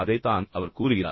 அதைத்தான் அவர் கூறுகிறார்